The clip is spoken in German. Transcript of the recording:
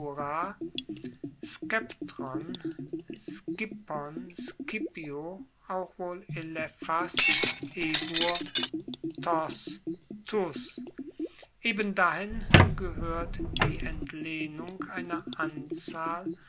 dahin gehoert die entlehnung einer anzahl